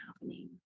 happening